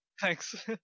thanks